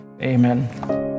Amen